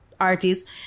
artists